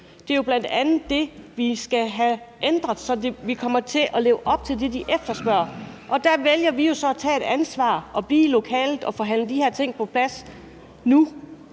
Det er jo bl.a. det, vi skal have ændret, så vi kommer til at leve op til det, de efterspørger. Og der vælger vi jo så at tage et ansvar og blive i lokalet og forhandle de her ting på plads nu,